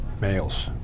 males